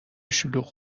شلوغ